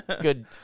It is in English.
Good